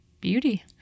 beauty